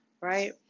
right